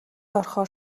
орохоор